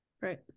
right